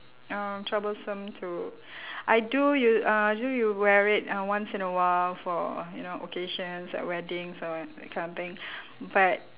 um troublesome to I do u~ uh usually you wear it uh once in a while for you know occasions like weddings or that kind of thing but